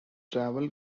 travel